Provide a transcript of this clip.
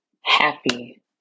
happy